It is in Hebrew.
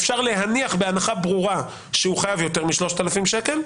אפשר להניח בהנחה ברורה שהוא חייב יותר מ-3,000 שקל,